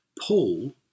Paul